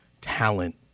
talent